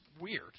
weird